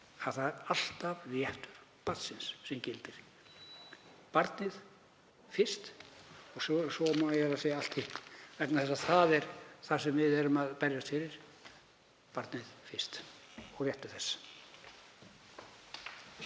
að það er alltaf réttur barnsins sem gildir. Barnið fyrst, svo má eiginlega segja allt hitt. Það er það sem við erum að berjast fyrir: Barnið fyrst og réttur þess.